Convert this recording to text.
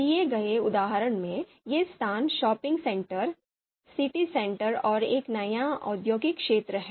दिए गए उदाहरण में ये स्थान शॉपिंग सेंटर सिटी सेंटर और एक नया औद्योगिक क्षेत्र हैं